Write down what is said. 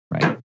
right